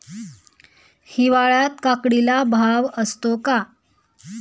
हिवाळ्यात काकडीला भाव असतो का?